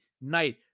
night